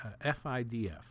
FIDF